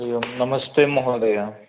हरिः ओं नमस्ते महोदय